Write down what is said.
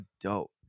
dope